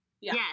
Yes